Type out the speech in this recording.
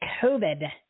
COVID